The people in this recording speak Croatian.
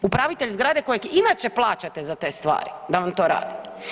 Upravitelj zgrade kojeg inače plaćate za te stvari da vam to radi.